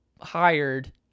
hired